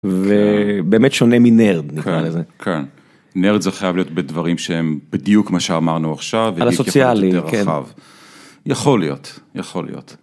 ובאמת שונה מנרד נקרא לזה. כן, נרד זה חייב להיות בדברים שהם בדיוק מה שאמרנו עכשיו ויכול להיות יותר רחב. על הסוציאלי כן. יכול להיות, יכול להיות.